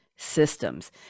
systems